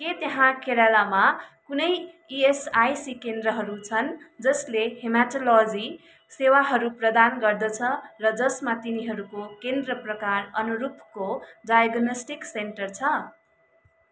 के त्यहाँ केरलामा कुनै इएसआइसी केन्द्रहरू छन् जसले हेमाटोलोजी सेवाहरू प्रदान गर्दछ र जसमा तिनीहरूको केन्द्र प्रकार अनुरूपको डायग्नोस्टिक सेन्टर छ